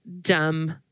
dumb